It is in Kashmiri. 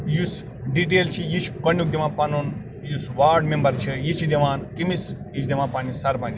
یُس ڈِٹیل چھِ یہِ چھِ گۄڈٕنیٛک دِوان پَنُن یُس وارڈ میٚمبر چھُ یہِ چھُ دِوان کٔمِس یہِ چھُ دِوان پَننِس سرپَنٛچس